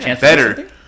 better